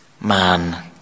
man